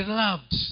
loved